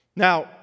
Now